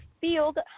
field